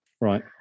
Right